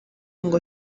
ngo